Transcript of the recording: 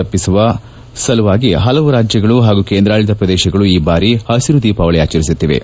ತಪ್ಪಿಸುವ ಸಲುವಾಗಿ ಹಲವು ರಾಜ್ಯಗಳು ಹಾಗೂ ಕೇಂದ್ರಾಡಳಿತ ಪ್ರದೇಶಗಳು ಈ ಬಾರಿ ಹಸಿರು ದೀಪಾವಳಿ ಆಚರಿಸುತ್ತಿವೆ